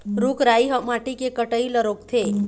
रूख राई ह माटी के कटई ल रोकथे